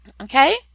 Okay